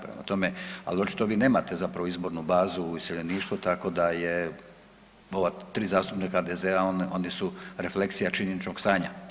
Prema tome, ali očito vi nemate zapravo izbornu bazu iseljeništvo tako da je ova tri zastupnika HDZ-a oni su refleksija činjeničnog stanja.